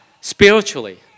spiritually